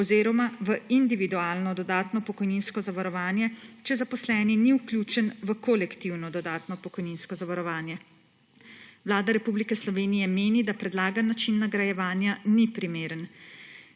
oziroma v individualno dodatno pokojninsko zavarovanje, če zaposleni ni vključen v kolektivno dodatno pokojninsko zavarovanje. Vlada Republike Slovenije meni, da predlagani način nagrajevanja ni primeren.